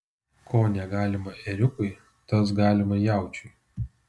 ko negalima ėriukui tas galima jaučiui